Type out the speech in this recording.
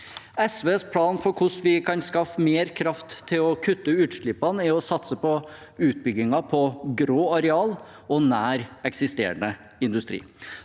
SVs plan for hvordan vi kan skaffe mer kraft til å kutte utslippene, er å satse på utbygginger på grå arealer og nær eksisterende industri